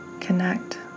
connect